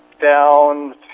down